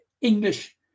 English